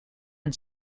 and